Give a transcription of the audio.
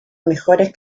mejores